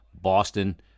Boston